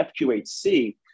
FQHC